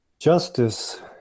Justice